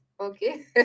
Okay